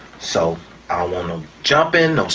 so um ah no jumping,